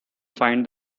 find